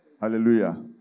Hallelujah